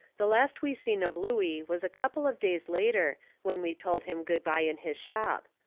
the last we seen of looey was a couple of days later when we told him good-bye in his shop.